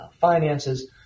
finances